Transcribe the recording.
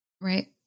Right